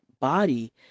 body